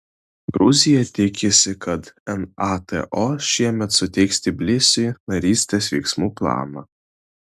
gruzija tikisi kad nato šiemet suteiks tbilisiui narystės veiksmų planą